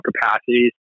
capacities